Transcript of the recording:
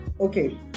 okay